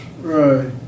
right